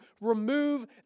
Remove